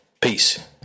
Peace